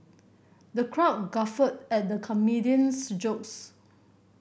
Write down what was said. the crowd guffawed at the comedian's jokes